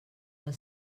del